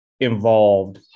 involved